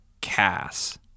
Cass